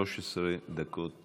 13 דקות לרשותך.